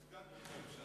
הוא סגן ראש הממשלה.